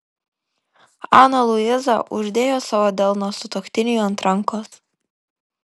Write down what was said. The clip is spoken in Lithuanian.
ana luiza uždėjo savo delną sutuoktiniui ant rankos